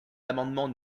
l’amendement